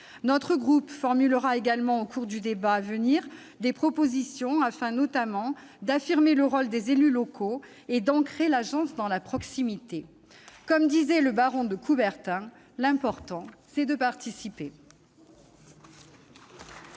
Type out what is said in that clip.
Notre groupe formulera également des propositions au cours du débat, afin, notamment, d'affirmer le rôle des élus locaux et d'ancrer l'Agence dans la proximité. Comme le disait le baron de Coubertin, l'important, c'est de participer